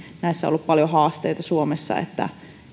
näissä on ollut paljon haasteita suomessa että